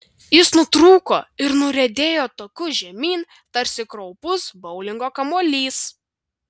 jis nutrūko ir nuriedėjo taku žemyn tarsi kraupus boulingo kamuolys